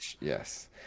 Yes